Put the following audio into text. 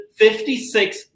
$56